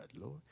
Lord